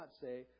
say